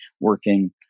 working